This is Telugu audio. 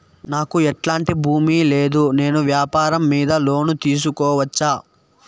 నాకు ఎట్లాంటి భూమి లేదు నేను వ్యాపారం మీద లోను తీసుకోవచ్చా?